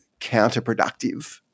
counterproductive